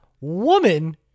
Woman